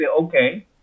okay